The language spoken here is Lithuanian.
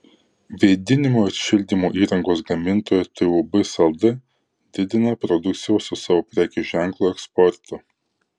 vėdinimo ir šildymo įrangos gamintoja tūb salda didina produkcijos su savo prekės ženklu eksportą